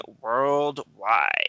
worldwide